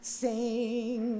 sing